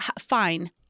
fine